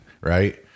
right